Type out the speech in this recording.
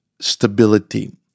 stability